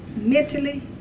mentally